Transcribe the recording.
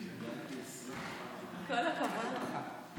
כל הכבוד לך.